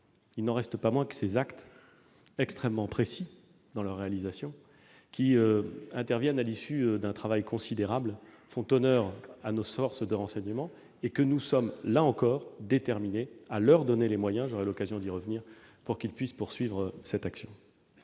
Il n'en reste pas moins que ces actes, extrêmement précis dans leur réalisation, qui sont le fruit d'un travail considérable, font honneur à nos sources de renseignements. Nous sommes, là encore, déterminés à leur donner les moyens- j'aurai l'occasion d'y revenir -pour qu'ils puissent poursuivre cette action.